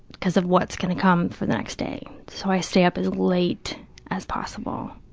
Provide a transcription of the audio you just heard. because of what's going to come for the next day. so, i stay up as late as possible,